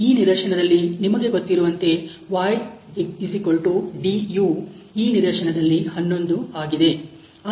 ಈ ನಿದರ್ಶನದಲ್ಲಿ ನಿಮಗೆ ಗೊತ್ತಿರುವಂತೆ y d ಯು ಈ ನಿದರ್ಶನದಲ್ಲಿ 11 ಆಗಿದೆ